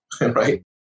right